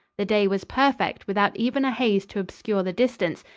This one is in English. the day was perfect, without even a haze to obscure the distance,